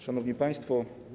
Szanowni Państwo!